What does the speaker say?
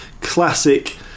classic